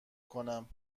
کنم